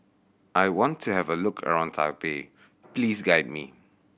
I want to have a look around Taipei please guide me